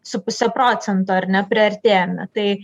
su puse procentų ar ne priartėjome tai